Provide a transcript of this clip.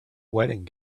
wedding